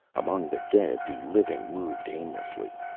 among the dead the living moved aimlessly,